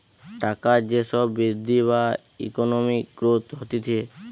টাকার যে সব বৃদ্ধি বা ইকোনমিক গ্রোথ হতিছে